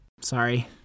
Sorry